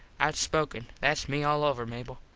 outspoken. thats me all over, mable.